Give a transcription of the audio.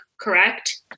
correct